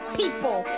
people